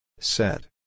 Set